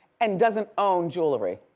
and doesn't own jewelry.